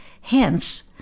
Hence